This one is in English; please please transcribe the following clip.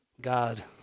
God